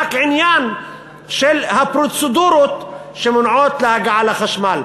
ורק עניין של הפרוצדורות שמונעות את ההגעה לחשמל.